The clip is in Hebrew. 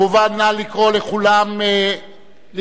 נא לקרוא לכולם להיכנס לאולם,